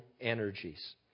energies